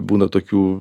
būna tokių